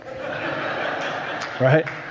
Right